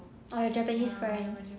oh your japanese friend